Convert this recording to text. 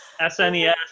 SNES